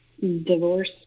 Divorce